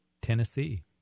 Tennessee